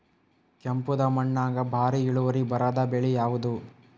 ಕೆಂಪುದ ಮಣ್ಣಾಗ ಭಾರಿ ಇಳುವರಿ ಬರಾದ ಬೆಳಿ ಯಾವುದು?